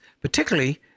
particularly